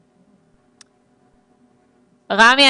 --- רמי,